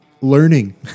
learning